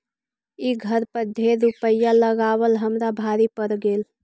ई घर पर ढेर रूपईया लगाबल हमरा भारी पड़ गेल